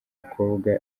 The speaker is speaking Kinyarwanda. mukobwa